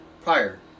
prior